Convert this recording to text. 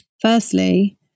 firstly